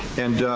and.